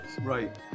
Right